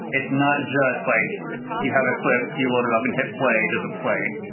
it's not just like you have a clip, you load it up and hit play, does it play?